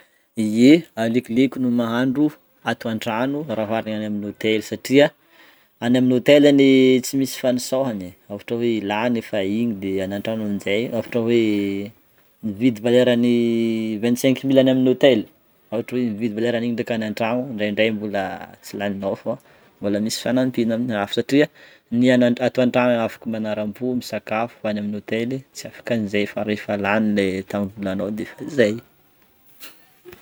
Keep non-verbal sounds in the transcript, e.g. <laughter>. Ye alekoleko ny mahandro ato antragno raha oharina any amin'ny hôtely satria any amin'ny hôtely anie tsy misy fanosôhana e ohatra hoe lany efa igny de any antragno amin'jay ohatra hoe <hesitation> mividy valeran'ny <hesitation> vignt-cinq mille an'ny amin'ny hôtely ohatra hoe mividy valeran'igny ndreky agny antragno ndraindray mbola <hesitation> tsy laninao fô mbola misy fanampiana amin'ny hafa satria ny any a- ato antragno afaka manaram-po misakafo fa any amin'ny hôtel tsy afaka an'zay fa rehefa lany le tamin'ny volanao de efa zay. <laughs>